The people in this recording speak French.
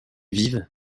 vivent